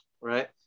right